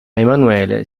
emanuele